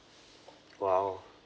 !wow!